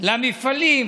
למפעלים